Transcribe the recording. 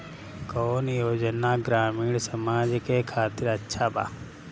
कौन योजना ग्रामीण समाज के खातिर अच्छा बा?